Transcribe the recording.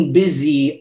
busy